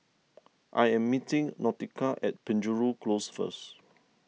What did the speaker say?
I am meeting Nautica at Penjuru Close first